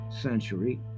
century